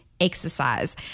exercise